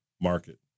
market